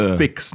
fix